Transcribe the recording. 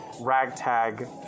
Ragtag